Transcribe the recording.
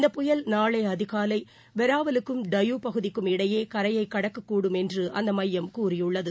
இந்த புயல் நாளைஅதிகாலைவெராவலுக்கும் டையூ பகுதிக்கும் இடையேகரையகடக்கக்கூடும் என்றுஅந்தமையம் கூறியுள்ளது